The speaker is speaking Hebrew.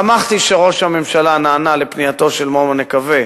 שמחתי שראש הממשלה נענה לפנייתו של מומו נקוה,